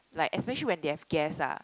like especially when they have guest lah